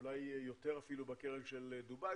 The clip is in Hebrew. ואולי יותר אפילו בקרן של דובאי,